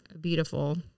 Beautiful